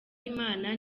imana